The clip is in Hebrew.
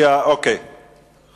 תודה לסגנית השר.